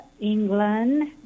England